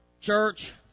Church